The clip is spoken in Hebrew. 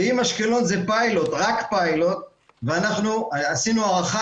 אנחנו עשינו הערכה